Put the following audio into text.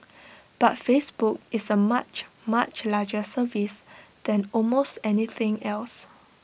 but Facebook is A much much larger service than almost anything else